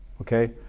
Okay